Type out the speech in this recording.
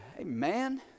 Amen